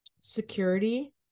security